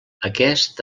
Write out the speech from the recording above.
aquest